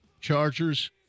Chargers